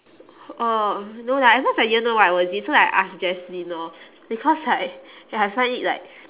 oh no lah at first I didn't know what was it so I ask jeslyn lor because like ya I find it like